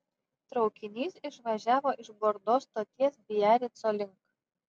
traukinys išvažiavo iš bordo stoties biarico link